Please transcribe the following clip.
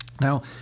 Now